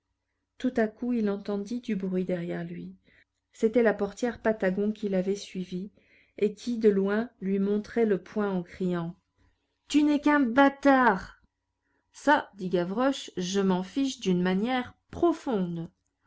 tout à coup il entendit du bruit derrière lui c'était la portière patagon qui l'avait suivi et qui de loin lui montrait le poing en criant tu n'es qu'un bâtard ça dit gavroche je m'en fiche d'une manière profonde